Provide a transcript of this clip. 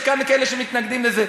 יש כמה כאלה שמתנגדים לזה.